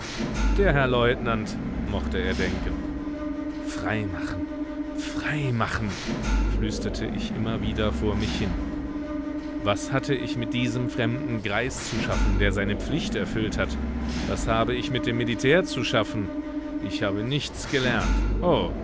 der herr leutnant mochte er denken freimachen freimachen flüsterte ich immer wieder vor mich hin was hatte ich mit diesem fremden greis zu schaffen der seine pflicht erfüllt hat was habe ich mit dem militär zu schaffen ich habe nichts gelernt